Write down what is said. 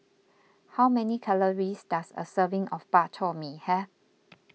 how many calories does a serving of Bak Chor Mee have